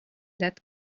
that